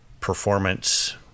performance